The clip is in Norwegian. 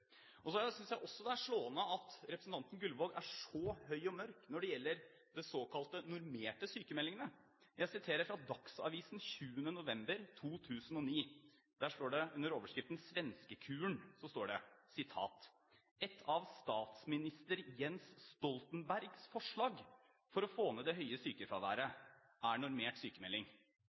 Så synes jeg det også er slående at representanten Gullvåg er så høy og mørk når det gjelder de såkalt normerte sykmeldingene. Jeg viser til Dagsavisen 20. november 2009. Der står det under overskriften «Svenske-kuren» at et av statsminister Jens Stoltenbergs forslag for å få ned det høye sykefraværet er